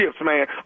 man